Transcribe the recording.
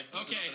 okay